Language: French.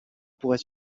pourrait